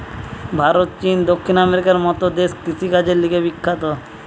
ভারত, চীন, দক্ষিণ আমেরিকার মত দেশ কৃষিকাজের লিগে বিখ্যাত